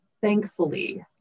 thankfully